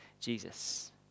Jesus